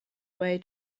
way